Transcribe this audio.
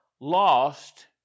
lost